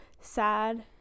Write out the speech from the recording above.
sad